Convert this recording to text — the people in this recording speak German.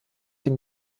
dem